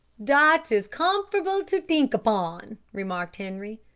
dat is cumfer'able to tink upon, remarked henri.